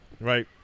right